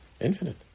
infinite